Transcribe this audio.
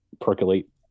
percolate